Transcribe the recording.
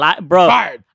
Bro